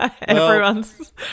Everyone's